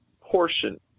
portion